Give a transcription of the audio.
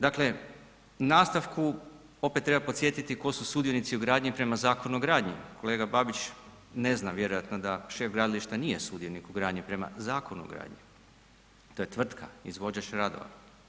Dakle, u nastavku opet treba podsjetiti tko su sudionici u gradnji prema Zakonu o gradnji, kolega Babić ne zna vjerojatno da šef gradilišta nije sudionik u gradnji prema Zakonu o gradnji, to je tvrtka, izvođač radova.